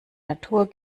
natur